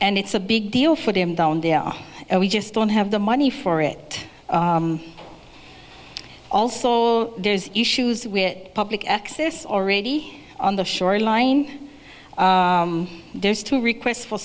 and it's a big deal for them down there and we just don't have the money for it also there's issues with public access already on the shoreline there's two requests f